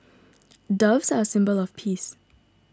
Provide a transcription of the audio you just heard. doves are a symbol of peace